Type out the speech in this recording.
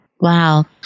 Wow